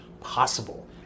possible